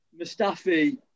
Mustafi